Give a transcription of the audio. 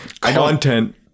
content